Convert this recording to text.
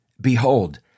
Behold